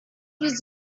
was